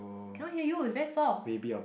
cannot hear you it's very soft